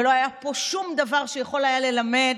ולא היה פה שום דבר שיכול היה ללמד